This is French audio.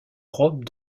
robe